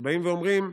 שבאים ואומרים: